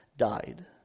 died